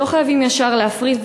לא חייבים ישר להפריט,